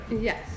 Yes